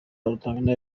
rutanga